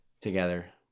together